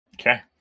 Okay